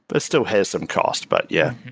but still has some cost, but yeah,